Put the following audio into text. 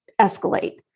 escalate